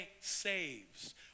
saves